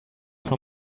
from